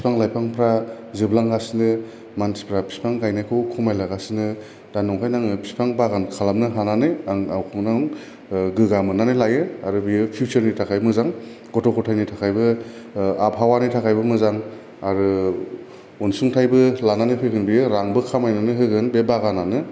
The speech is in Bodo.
बिफां लायफांफ्रा जोबलांगासिनो मानसिफ्रा बिफां गायनायखौ खमायलांगासिनो दा नंखायनो आङो बिफां बागान खालामनो हानानै आं गावखौनो गाव गोगा मोननानै लायो आरो बेयो फिउसारनि थाखाय मोजां गथ' गथायनि थाखायबो आबहावानि थाखायबो मोजां आरो अनसुंथायबो लानानै फैगोन बेयो रांबो खामायनानै होगोन बे बागानानो